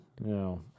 No